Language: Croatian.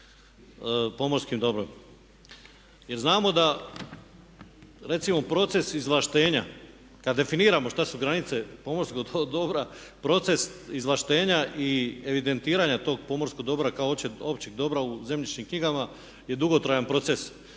pomorskim dobrom. Jer znamo da recimo proces izvlaštenja kad definiramo što su granice pomorskog dobra proces izvlaštenja i evidentiranja tog pomorskog dobra kao općeg dobra u zemljišnim knjigama je dugotrajan proces.